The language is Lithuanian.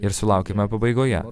ir sulaukiame pabaigoje